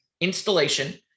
installation